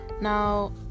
Now